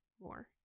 more